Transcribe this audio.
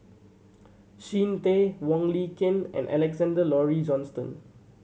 Tay Wong Lin Ken and Alexander Laurie Johnston